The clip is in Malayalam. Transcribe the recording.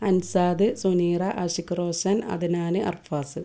അൻസാദ് സുനീറ ആസിഖ് റോഷൻ അദ്നാൻ അർഫാസ്